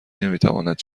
نمیتواند